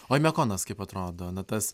oimiakonas kaip atrodo nu tas